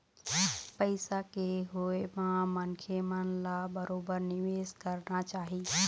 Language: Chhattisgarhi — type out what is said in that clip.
पइसा के होय म मनखे मन ल बरोबर निवेश करना चाही